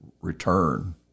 return